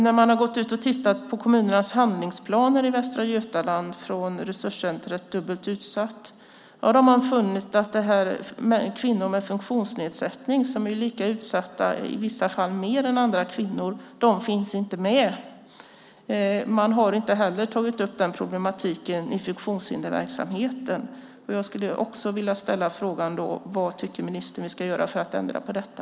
När man har gått ut och tittat på kommunernas handlingsplaner i Västra Götaland från resurscentret Dubbelt utsatt har man funnit att kvinnor med funktionsnedsättning, som är lika utsatta och i vissa fall mer än andra kvinnor, inte finns med. Man har inte heller tagit upp den problematiken i funktionshinderverksamheten. Jag skulle vilja ställa frågan: Vad tycker ministern att vi ska göra för att ändra på detta?